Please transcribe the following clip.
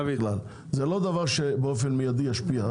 זה לא דבר שישפיע באופן מיידי.